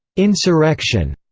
insurrection